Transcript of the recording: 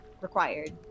required